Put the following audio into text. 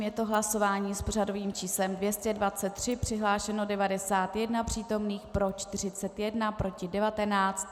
Je to hlasování s pořadovým číslem 223, přihlášeno 91 přítomných, pro 41, proti 19.